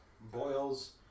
Boils